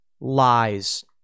lies